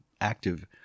active